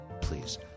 please